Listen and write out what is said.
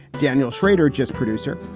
daniel shrader, just producer,